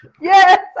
yes